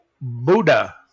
Buddha